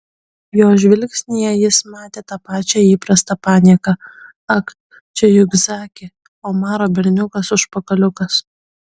jo žvilgsnyje jis matė tą pačią įprastą panieką ak čia juk zaki omaro berniukas užpakaliukas